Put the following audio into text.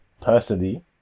Personally